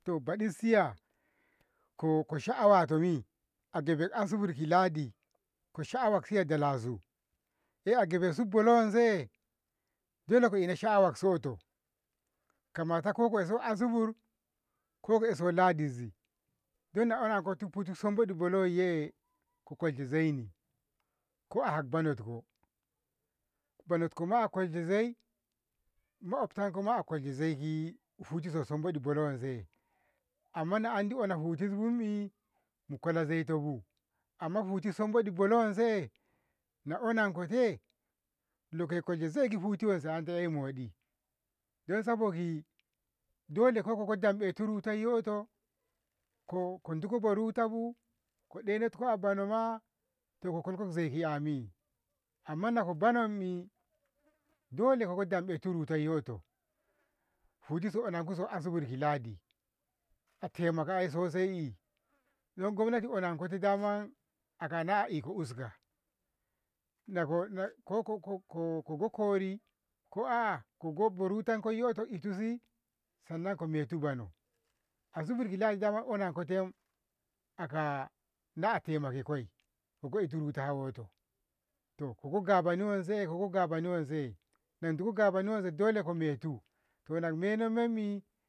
To baɗi siya? ko ko sha'awato mi? agebed Asubur ki Lahdi ko sha'awaksiya dalazu, ke agebed su bolo wanse dole ko ina sha'awassoto kamatako ko so Asubur ko akeso Lahdizi duk na onako tuffutus sumboɗi bolo wayye ko kwalshe zaini ko ahat banatko, banatkoma a kwalshe zai, makoftan koma kwalshe zaigi futti so sumbodi bolo wayye amma na andi ona fujzignimi inkola zoitabu amma futti sumboɗi bolo wanse na onankote lokoi kola zai ki futti wanse ankai moɗi dan sabogi dole ko kokoi danɓetu ruutay yoto ko kontiko bo ruuta bu ko denatko a banoma ko kolko zaiki 'yami amma nako bonammi dole goko danɓetu ruttay yoto gudiso nako so Asubur ki Lahdi a taimaka ai sosai eh, dan gobnati onankoti dama akana iko uska. Na ko- ko- kogo kori, ko aa kogo bo rutankoi yotto ituzi sannan ko metu bono. Asubur ki lahdi dama onakote aka nataimako koi kogo itu rutta hawoto, to kogo gaboni wanse kogo gabani wanse na indigo gaboni wanse dole kometo to lakmemomi.